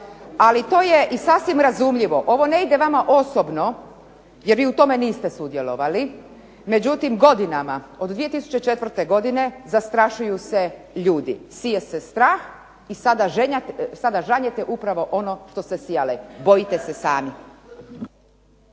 i to je sasvim razumljivo. Ovo ne ide vama osobno jer vi u tome niste sudjelovali, međutim godinama, od 2004. godine zastrašuju se ljudi, sije se strah i sada žanjete upravo ono što ste sijali. Bojite se sami.